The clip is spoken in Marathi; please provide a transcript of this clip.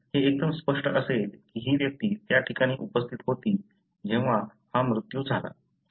म्हणून हे एकदम स्पष्ट असेल की ही व्यक्ती त्या ठिकाणी उपस्थित होती जेव्हा हा मृत्यू झाला